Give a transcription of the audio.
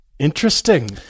interesting